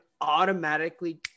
automatically